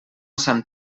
sant